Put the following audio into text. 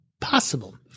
possible